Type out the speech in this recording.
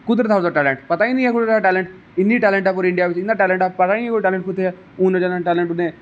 कुदर हा ओहदा टेलेंट पता गै नेईं हा ओहदा टेलेंट इन्नी टेलेंट ऐ पूरे इंडियां बिच इन्ना टेलेंट कुसै गी पता गै नेईं ओह् टेलेंट कुत्थै ऐ हून टेलेंट उनें